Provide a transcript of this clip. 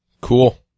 cool